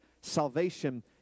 Salvation